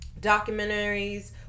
documentaries